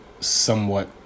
somewhat